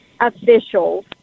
officials